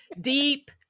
deep